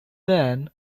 then